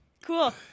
Cool